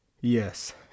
Yes